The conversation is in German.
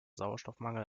sauerstoffmangel